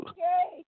Okay